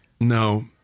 no